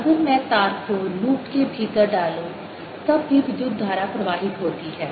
अगर मैं तार को लूप के भीतर डालूं तब भी विद्युत धारा प्रवाहित होती है